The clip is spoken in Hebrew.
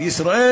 ישראל